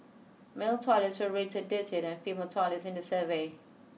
male toilets were rated dirtier than female toilets in the survey